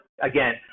again